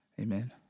Amen